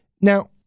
Now